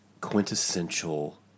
quintessential